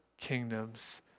kingdoms